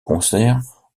concert